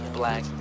black